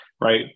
right